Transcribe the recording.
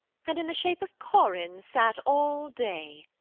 and in the shape of corin sat all day,